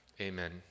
Amen